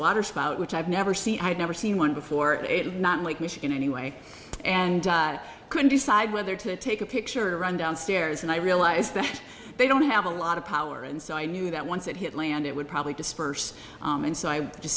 water spout which i've never seen i had never seen one before it not like michigan anyway and i couldn't decide whether to take a picture or run down stairs and i realize that they don't have a lot of power and so i knew that once it hit land it would probably disperse and so i just